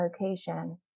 location